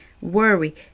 Worry